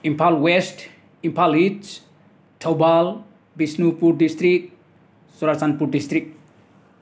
Imphal west Imphal ꯏꯠꯁ Thoubal Bishnupur district Churachandpur district